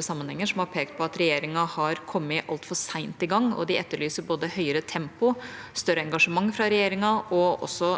sammenhenger har pekt på at regjeringa har kommet altfor sent i gang, og de etterlyser høyere tempo, større engasjement fra regjeringa og også